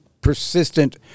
persistent